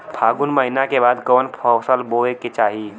फागुन महीना के बाद कवन फसल बोए के चाही?